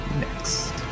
next